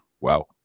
Wow